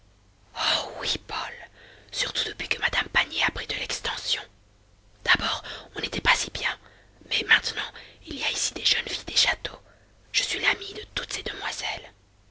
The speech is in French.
oh oui paul surtout depuis que madame pannier a pris de l'extension d'abord on n'était pas si bien mais maintenant il y a ici des jeunes filles des châteaux je suis l'amie de toutes ces demoiselles